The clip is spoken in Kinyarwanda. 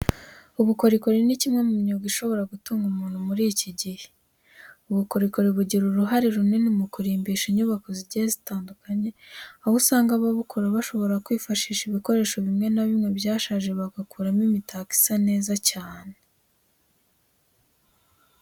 Ubukorikori ni kimwe mu myuga ishobora gutunga umuntu muri iki gihe. Ubukorikori bugira uruhare runini mu kurimbisha inyubako zigiye zitandukanye, aho usanga ababukora bashobora kwifashisha ibikoresho bimwe na bimwe byashaje bagakurimo imitako isa neza cyane.